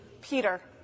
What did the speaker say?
Peter